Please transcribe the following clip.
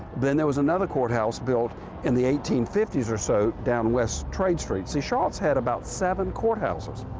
then there was another courthouse built in the eighteen fifty s or so down west trade street. see, charlotte's had about seven courthouses.